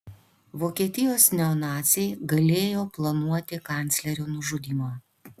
vokietijos neonaciai galėjo planuoti kanclerio nužudymą